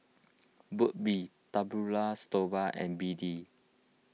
Burt's Bee Datura Stoma and B D